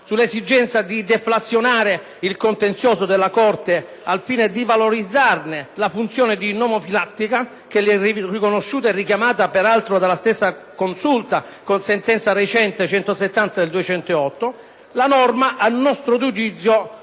– l’esigenza di deflazionare il contenzioso della Corte al fine di valorizzarne la funzione nomofilattica richiamata peraltro dalla stessa Consulta con sentenza recente, n. 170 del 2008, la norma a nostro giudizio